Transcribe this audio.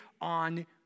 on